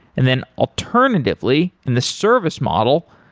and then alternatively, and the service model,